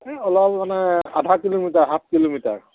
এই অলপ মানে আধা কিলোমিটাৰ হাফ কিলোমিটাৰ